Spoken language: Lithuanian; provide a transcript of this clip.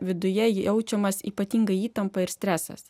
viduje jaučiamas ypatinga įtampa ir stresas